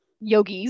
yogis